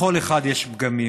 לכל אחד יש פגמים,